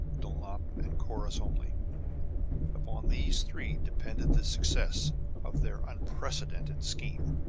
dulnop, and corrus only upon these three depended the success of their unprecedented scheme.